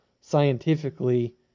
scientifically